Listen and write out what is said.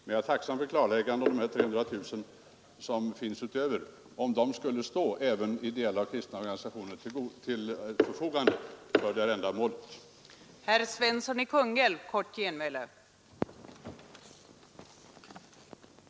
Men jag är tacksam för klarläggandet, om det är så att de omtalade 300 000 kronorna skulle stå till förfogande även för kristna och ideella organisationer utöver del av anslaget till Länkarna m.m. när det gäller vårdarbete bland alkoholoch narkotikaskadade.